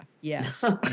yes